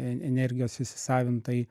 e energijos įsisavint tai